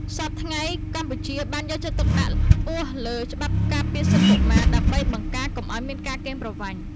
សព្វថ្ងៃ កម្ពុជាបានយកចិត្តទុកដាក់ខ្ពស់លើច្បាប់ការពារសិទ្ធិកុមារ ដើម្បីបង្ការកុំឱ្យមានការកេងប្រវ័ញ្ច។